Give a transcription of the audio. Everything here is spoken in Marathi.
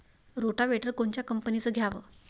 रोटावेटर कोनच्या कंपनीचं घ्यावं?